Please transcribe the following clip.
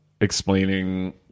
explaining